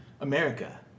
America